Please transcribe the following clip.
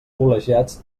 col·legiats